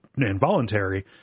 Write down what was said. involuntary